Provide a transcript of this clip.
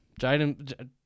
Jaden